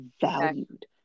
valued